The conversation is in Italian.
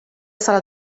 sala